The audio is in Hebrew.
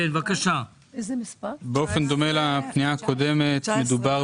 באופן דומה לפנייה הקודמת מדובר